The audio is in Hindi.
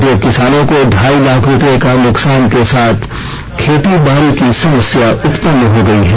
दो किसानों को ढाई लाख रुपये का नुकसान के साथ साथ खेती बारी की समस्या उत्पन्न हो गई है